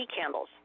candles